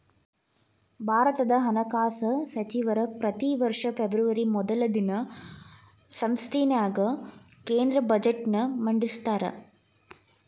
ಭಾರತದ ಹಣಕಾಸ ಸಚಿವರ ಪ್ರತಿ ವರ್ಷ ಫೆಬ್ರವರಿ ಮೊದಲ ದಿನ ಸಂಸತ್ತಿನ್ಯಾಗ ಕೇಂದ್ರ ಬಜೆಟ್ನ ಮಂಡಿಸ್ತಾರ